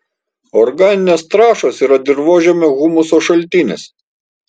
organinės trąšos yra dirvožemio humuso šaltinis